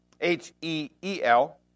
H-E-E-L